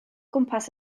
gwmpas